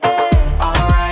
Alright